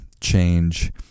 change